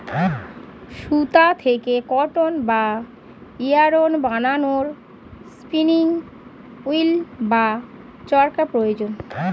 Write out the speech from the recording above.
সুতা থেকে কটন বা ইয়ারন্ বানানোর স্পিনিং উঈল্ বা চরকা প্রয়োজন